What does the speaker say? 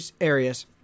areas